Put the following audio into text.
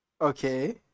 Okay